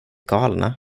galna